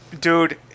Dude